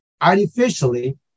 Artificially